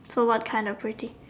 so what kind of pretty